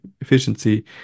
efficiency